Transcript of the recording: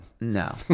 No